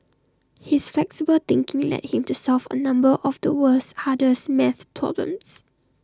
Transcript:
his flexible thinking led him to solve A number of the world's hardest math problems